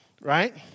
right